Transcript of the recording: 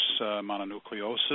mononucleosis